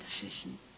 decision